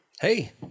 Hey